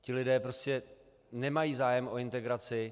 Ti lidé prostě nemají zájem o integraci.